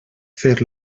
fer